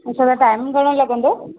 हुता खां टाइम घणो लॻंदो